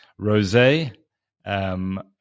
Rosé